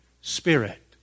spirit